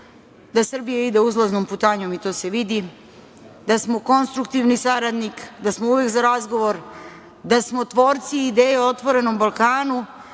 da Srbija ide uzlaznom putanjom i to se vidi, da smo konstruktivni saradnik, da smo uvek za razgovor, da smo tvorci ideje o „Otvorenom Balkanu“,